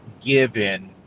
given